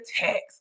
text